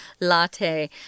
latte